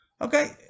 Okay